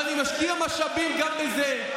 אני משקיע משאבים גם בזה.